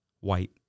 white